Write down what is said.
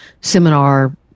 seminar